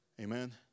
Amen